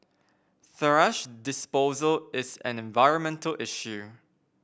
thrash disposal is an environmental issue